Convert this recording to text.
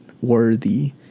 worthy